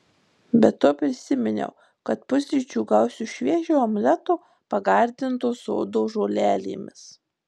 be to prisiminiau kad pusryčių gausiu šviežio omleto pagardinto sodo žolelėmis